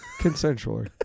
Consensually